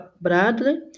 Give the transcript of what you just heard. Bradley